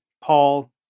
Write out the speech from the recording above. Paul